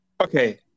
Okay